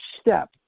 step